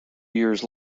years